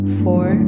four